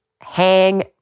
hang